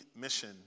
mission